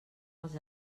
els